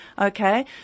Okay